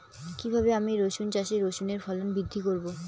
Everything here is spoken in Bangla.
কীভাবে আমি রসুন চাষে রসুনের ফলন বৃদ্ধি করব?